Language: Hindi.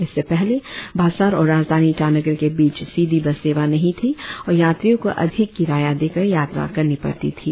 इससे पहले बासार और राजधानी ईटानगर के बीच सीधी बस सेवा नही थी और यात्रियों को अधिक किराया देकर यात्रा करनी पड़ती थी